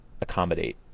accommodate